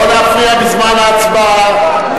לא להפריע בזמן ההצבעה.